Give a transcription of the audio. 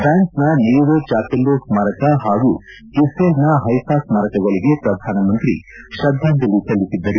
ಪ್ರಾನ್ಗೆನ Neuve Chapelle ಸ್ನಾರಕ ಹಾಗೂ ಇಕ್ರೇಲ್ನ ಹೈಫಾ ಸ್ನಾರಕಗಳಗೆ ಪ್ರಧಾನಮಂತ್ರಿ ಅವರು ಶ್ರದ್ದಾಂಜಲಿ ಸಲ್ಲಿಸಿದ್ದರು